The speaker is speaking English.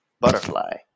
butterfly